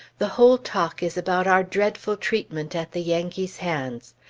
the whole talk is about our dreadful treatment at the yankees' hands.